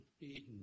Eden